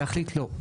לא,